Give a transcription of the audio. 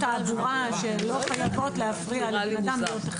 תעבורה שלא חייבות להפריע לבן אדם להיות טכנאי.